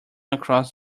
across